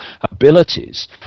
abilities